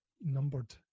numbered